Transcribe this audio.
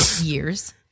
years